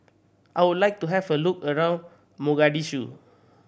I would like to have a look around Mogadishu